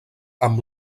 amb